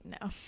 No